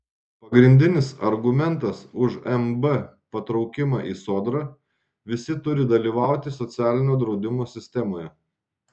pagrindinis argumentas už mb patraukimą į sodrą visi turi dalyvauti socialinio draudimo sistemoje